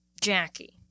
jackie